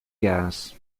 gas